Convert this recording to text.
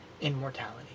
Immortality